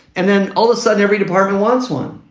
and then all of a sudden, every department wants one.